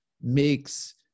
makes